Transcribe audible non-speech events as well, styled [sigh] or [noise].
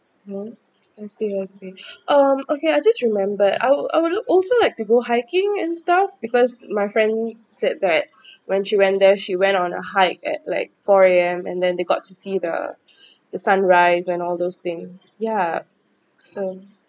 oh I see I see um okay I just remember I'll I'll would also like to go hiking and stuff because my friend said that [breath] when she went there she went on a hike at like four A_M and then they got to see the the sunrise and all those things ya so